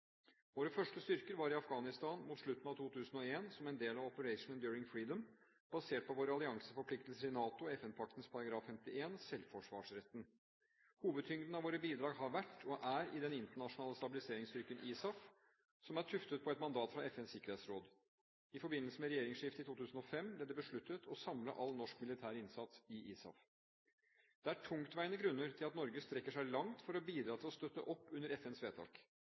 Våre første styrker var i Afghanistan mot slutten av 2001 som en del av Operation Enduring Freedom, basert på våre allianseforpliktelser i NATO og FN-paktens paragraf 51, selvforsvarsretten. Hovedtyngden av våre bidrag har vært – og er – i den internasjonale stabiliseringsstyrken ISAF, som er tuftet på et mandat fra FNs sikkerhetsråd. I forbindelse med regjeringsskiftet i 2005 ble det besluttet å samle all norsk militær innsats i ISAF. Det er tungtveiende grunner til at Norge strekker seg langt for å bidra til å støtte opp under FNs vedtak.